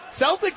Celtics